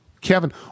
Kevin